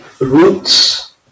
roots